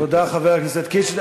תודה, חבר הכנסת קיש.